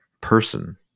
person